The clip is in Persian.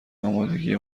آمادگی